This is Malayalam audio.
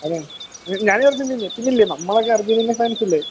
അതെ ഞാനോർത്തു നീ ഞെട്ടുന്നില്ലേ നമ്മളൊക്കെ അർജൻ്റീന ഫാൻസ് അല്ലേ